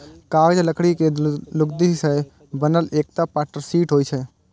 कागज लकड़ी के लुगदी सं बनल एकटा पातर शीट होइ छै